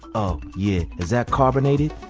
oh, yeah. is that carbonated?